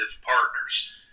partners